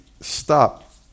stop